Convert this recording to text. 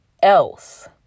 else